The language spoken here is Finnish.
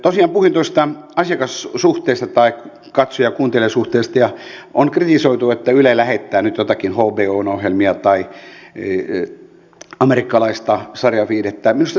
tosiaan puhuin tuosta asiakassuhteesta tai katsoja ja kuuntelijasuhteesta ja on kritisoitu että yle lähettää nyt joitakin hbon ohjelmia tai amerikkalaista sarjaviihdettä